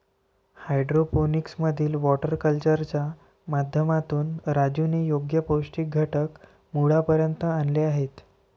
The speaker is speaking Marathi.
हायड्रोपोनिक्स मधील वॉटर कल्चरच्या माध्यमातून राजूने योग्य पौष्टिक घटक मुळापर्यंत आणले आहेत